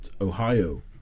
Ohio